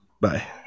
Bye